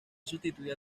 sustituida